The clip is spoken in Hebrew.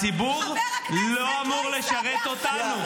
הציבור לא אמור לשרת אותנו.